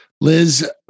Liz